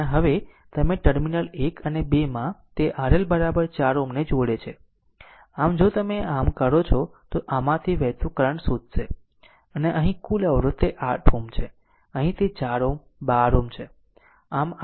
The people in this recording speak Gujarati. અને હવે તમે ટર્મિનલ 1 અને 2 માં તે RL 4 Ω ને જોડે છે આમ જો તમે આમ કરો છો તો આમાંથી વહેતું કરંટ શોધશે આમ અહીં કુલ અવરોધ તે 8 Ω છે અહીં તે 4 Ω 12 Ω છે